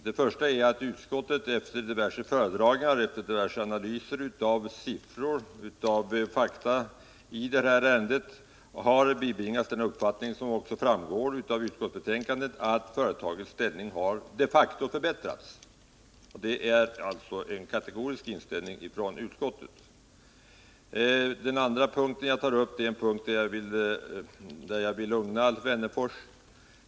Den första punkten är att utskottet efter diverse föredragningar och diverse analyser av siffror och fakta i ärendet bibringats den uppfattningen — som också framgår av utskottsbetänkandet — att företagets ställning de facto förbättrats. Det är alltså en kategorisk inställning från utskottets sida. Den andra punkten är en punkt där jag vill lugna Alf Wennerfors.